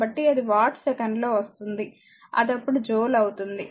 కాబట్టి అది వాట్ సెకనులో వస్తుంది అది అప్పుడు జూల్ అవుతుంది